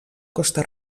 costa